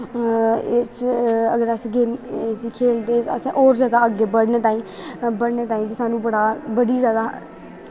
इस अगर अस इस गेम खेलदे असें होर जादा अग्गैं बड़ने ताहीं बड़ने ताहींही बी सानूं बड़ी जादा